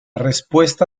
respuesta